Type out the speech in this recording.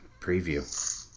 preview